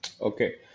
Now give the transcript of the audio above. Okay